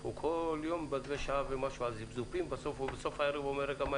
הוא כל יום בזה שעה ומשהו על זפזופים ובסוף הערב אומר: רגע,